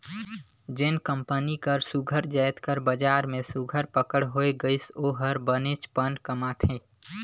जेन कंपनी कर सुग्घर जाएत कर बजार में सुघर पकड़ होए गइस ओ हर बनेचपन कमाथे